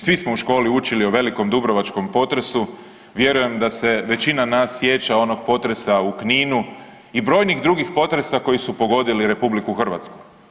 Svi smo u školi učili o velikom dubrovačkom potresu, vjerujem da se većina nas sjeća onoga potresa u Kninu i brojnih drugih potresa koji su pogodili RH.